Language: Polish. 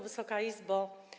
Wysoka Izbo!